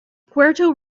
puerto